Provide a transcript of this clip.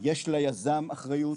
יש ליזם אחריות,